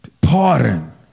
pardon